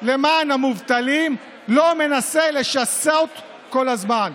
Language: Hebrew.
למען המובטלים, לא מנסה לשסות כל הזמן.